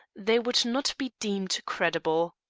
they would not be deemed credible.